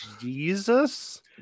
jesus